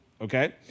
okay